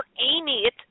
Amy